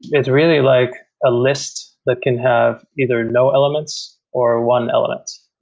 it's really like a list that can have either no elements or one element.